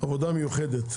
עבודה מיוחדת.